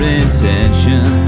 intention